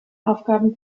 aufgaben